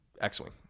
x-wing